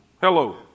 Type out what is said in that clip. Hello